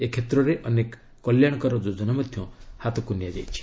ଏ କ୍ଷେତ୍ରରେ ଅନେକ କଲ୍ୟାଶକର ଯୋଜନା ମଧ୍ୟ ହାତକୁ ନିଆଯାଇଛି